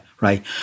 right